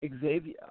Xavier